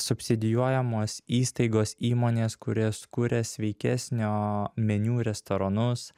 subsidijuojamos įstaigos įmonės kuris kuria sveikesnio meniu restoranus